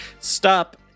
Stop